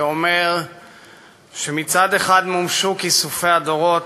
כאומר שמצד אחד מומשו כיסופי הדורות,